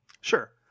Sure